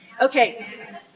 Okay